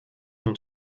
nun